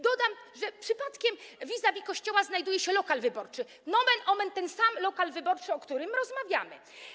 Dodam, że przypadkiem vis-?-vis kościoła znajduje się lokal wyborczy, nomen omen ten sam lokal wyborczy, o którym rozmawiamy.